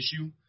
issue